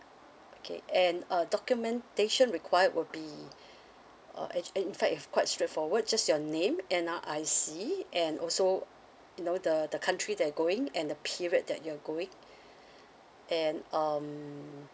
okay and uh documentation required will be uh actual~ in fact quite straightforward just your name N_R_I_C and also you know the the country that you're going and the period that you're going and um